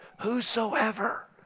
whosoever